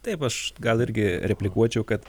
taip aš gal irgi replikuočiau kad